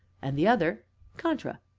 and the other contra.